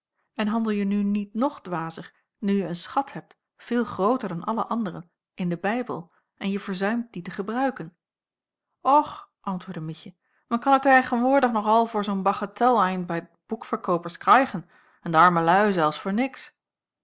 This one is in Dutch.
en handelje nu niet nog dwazer nu je een schat hebt veel grooter dan alle andere in den bijbel en je verzuimt dien te gebruiken och antwoordde mietje men kan er teigenwoordig nog al voor n bagetel ein bij de boekverkoopers kraigen en de arme luî zelfs voor niks